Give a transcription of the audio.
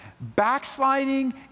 Backsliding